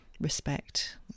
respect